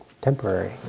temporary